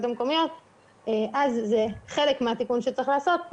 המקומיות אז זה חלק מהתיקון שצריך להיעשות,